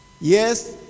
Yes